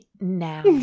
now